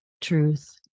truth